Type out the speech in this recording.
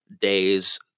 days